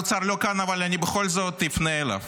שר האוצר לא כאן, אבל אני בכל זאת אפנה אליו.